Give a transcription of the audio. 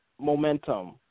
momentum